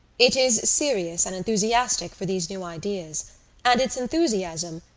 it is serious and enthusiastic for these new ideas and its enthusiasm,